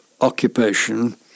occupation